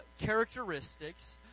characteristics